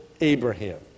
Abraham